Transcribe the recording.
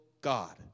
God